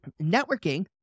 networking